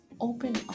open